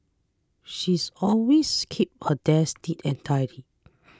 she's always keeps her desk neat and tidy